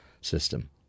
system